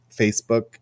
Facebook